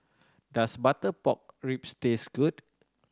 does butter pork ribs taste good